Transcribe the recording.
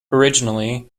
originally